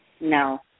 No